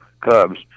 Cubs